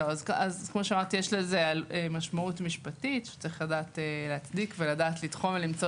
כאמור יש לזה משמעות משפטית שיש לדעת להצדיק ולתחום ולמצוא